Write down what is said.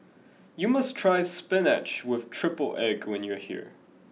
you must try Spinach with triple egg when you are here